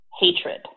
hatred